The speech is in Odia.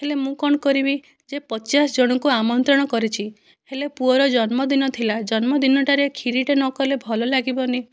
ହେଲେ ମୁଁ କ'ଣ କରିବି ଯେ ପଚାଶ ଜଣଙ୍କୁ ଆମନ୍ତ୍ରଣ କରିଛି ହେଲେ ପୁଅର ଜନ୍ମଦିନ ଥିଲା ଜନ୍ମଦିନଟାରେ କ୍ଷିରୀଟା ନକଲେ ଭଲ ଲାଗିବନି